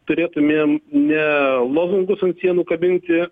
turėtumėm ne lozungus ant sienų kabinti